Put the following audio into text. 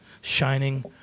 Shining